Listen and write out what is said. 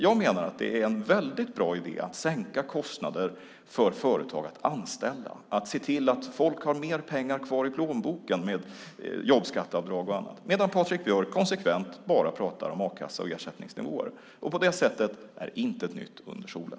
Jag menar att det är en väldigt bra idé att sänka kostnader för företag att anställa, att se till att folk har mer pengar kvar i plånboken med jobbskatteavdrag och annat, medan Patrik Björck konsekvent bara pratar om a-kassa och ersättningsnivåer. Och på det sättet är intet nytt under solen.